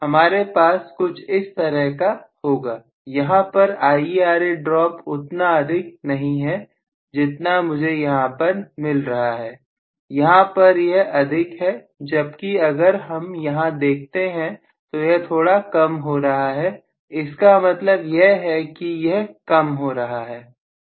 हमारे पास कुछ इस तरह का होगा यहां पर IaRa ड्राप उतना अधिक नहीं है जितना मुझे यहां पर मिल रहा है यहां पर यह अधिक है जबकि अगर हम यहां देखते हैं तो यह थोड़ा कम हो रहा है इसका मतलब यह है कि यह कम हो रहा है